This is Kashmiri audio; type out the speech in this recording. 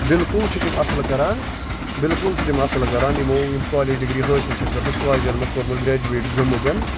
بِلکُل چھِ تِم اَصٕل کران بِلکُل چھِ تِم اَصٕل کران یِمو یِم کالیج ڈگری حٲصِل چھےٚ کٔرمٕژ کالجن منٛز پوٚرمُت گریجویٹ گٔمٕتۍ